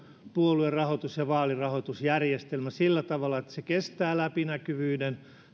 puoluerahoitus ja vaalirahoitusjärjestelmä sillä tavalla että se kestää läpinäkyvyyden